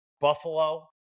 Buffalo